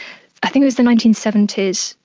i think it was the nineteen seventy s,